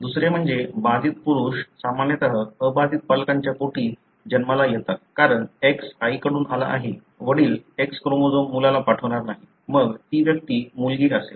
दुसरे म्हणजे बाधित पुरुष सामान्यतः अबाधित पालकांच्या पोटी जन्माला येतात कारण X आईकडून आला आहे वडील X क्रोमोझोम मुलाला पाठवणार नाही मग ती व्यक्ती मुलगी असेल